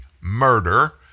murder